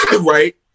Right